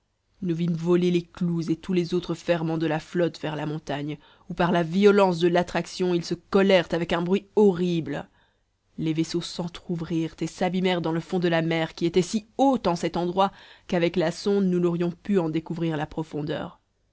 nous vîmes voler les clous et tous les autres ferrements de la flotte vers la montagne où par la violence de l'attraction ils se collèrent avec un bruit horrible les vaisseaux s'entr'ouvrirent et s'abîmèrent dans le fond de la mer qui était si haute en cet endroit qu'avec la sonde nous n'aurions pu en découvrir la profondeur